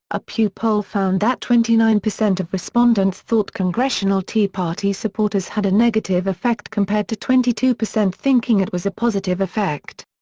a pew poll found that twenty nine percent of respondents thought congressional tea party supporters had a negative effect compared to twenty two percent thinking it was a positive effect.